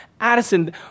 addison